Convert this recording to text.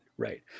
Right